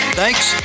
thanks